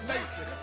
Nation